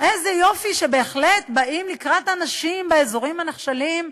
איזה יופי שבהחלט באים לקראת אנשים באזורים הנחשלים.